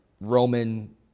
Roman